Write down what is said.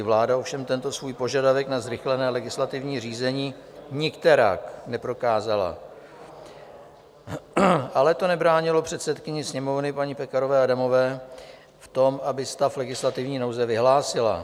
Vláda ovšem tento svůj požadavek na zrychlené legislativní řízení nikterak neprokázala, ale to nebránilo předsedkyni Sněmovny paní Pekarové Adamové v tom, aby stav legislativní nouze vyhlásila.